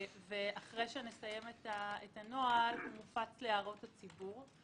אחרי שנסיים את הנוהל, הוא יופץ להערות הציבור.